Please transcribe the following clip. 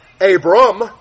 Abram